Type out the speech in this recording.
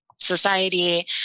society